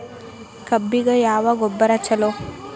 ಕಬ್ಬಿಗ ಯಾವ ಗೊಬ್ಬರ ಛಲೋ?